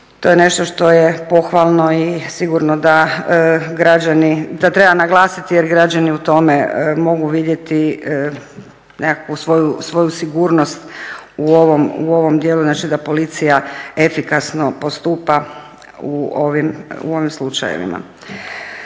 To je nešto što je pohvalno i sigurno da treba naglasiti jer građani u tome mogu vidjeti nekakvu svoju sigurnost u ovom dijelu, znači da policija efikasno postupa u ovim slučajevima.